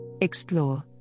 Explore